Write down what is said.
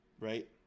right